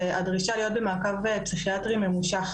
זה הדרישה להיות במעקב פסיכיאטרי ממושך,